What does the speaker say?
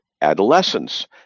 adolescence